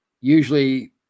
Usually